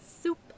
soup